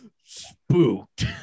Spooked